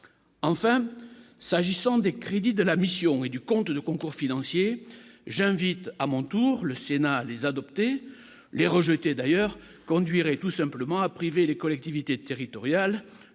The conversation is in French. enfin, s'agissant des crédits de la mission et du conte le concours financier j'invite à mon tour le Sénat les adopter les rejeter d'ailleurs conduirait tout simplement à priver les collectivités territoriales